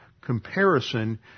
comparison